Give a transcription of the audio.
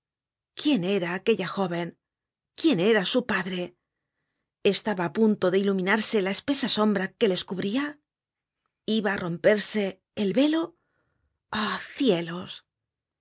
quién era aquella jóven quién era su padre estaba á punto de iluminarse la espesa sombra que les cubria iba á romperse el velo ah cielos